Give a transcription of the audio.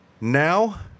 Now